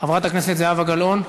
חברת הכנסת זהבה גלאון,